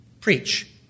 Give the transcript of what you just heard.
Preach